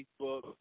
Facebook